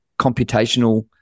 computational